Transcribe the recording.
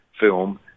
film